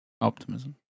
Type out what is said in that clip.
Optimism